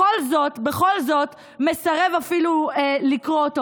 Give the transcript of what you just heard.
בכל זאת מסרב אפילו לקרוא אותו.